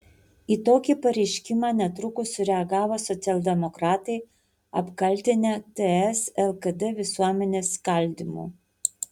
į tokį pareiškimą netrukus sureagavo socialdemokratai apkaltinę ts lkd visuomenės skaldymu